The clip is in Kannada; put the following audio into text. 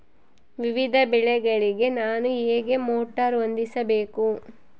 ವಿವಿಧ ಬೆಳೆಗಳಿಗೆ ನಾನು ಹೇಗೆ ಮೋಟಾರ್ ಹೊಂದಿಸಬೇಕು?